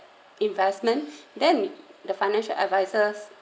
investments then the financial advisers